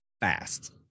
fast